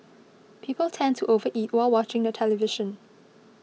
people tend to overeat while watching the television